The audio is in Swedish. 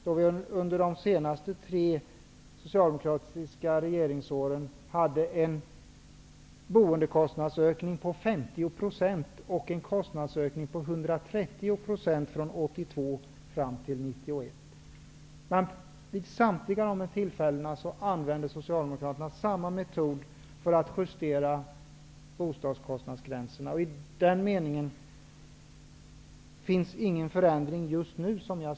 Under de tre senaste socialdemokratiska regeringsåren, från 1982 till Socialdemokraterna samma metod för att justera bostadskostnadsgränserna. Det finns inte just nu i den meningen någon förändring.